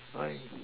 I